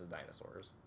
dinosaurs